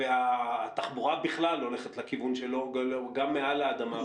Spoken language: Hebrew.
והתחבורה בכלל הולכת לכיוון שלו גם מעל האדמה,